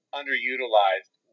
underutilized